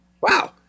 wow